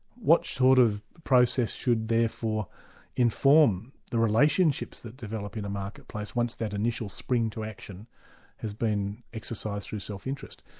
what sort of process should therefore inform the relationships that develop in a marketplace once that initial spring to action has been exercised through self-interest.